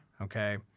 Okay